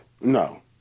No